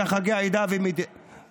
בחגי העדה ובמועדיה.